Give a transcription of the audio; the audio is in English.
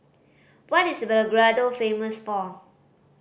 what is Belgrade famous for